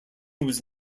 was